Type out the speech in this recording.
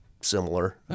similar